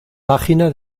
página